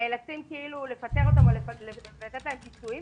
נאלצים לפטר אותן או לתת להן פיצויים,